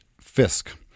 Fisk